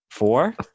Four